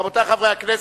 רבותי חברי הכנסת,